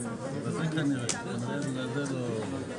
העניין הזה מטריד ממש